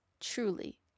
truly